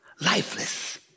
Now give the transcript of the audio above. Lifeless